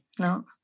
No